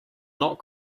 not